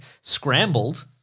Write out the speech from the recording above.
scrambled